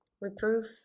reproof